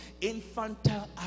infantile